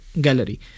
gallery